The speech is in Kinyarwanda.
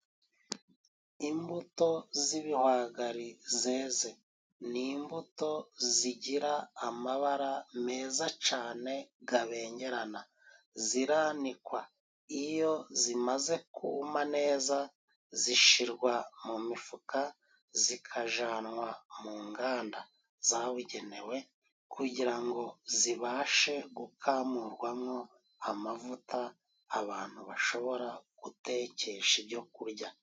Imbuto z'ibihwagari zeze ni imbuto zigira amabara meza cane gabengerana, ziranikwa, iyo zimaze kuma neza zishirwa mu mifuka zikajanwa mu nganda zabugenewe kugira ngo zibashe gukamurwamwo amavuta, abantu bashobora gutekesha ibyo kurya.